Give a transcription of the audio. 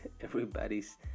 everybody's